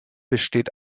besteht